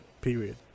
Period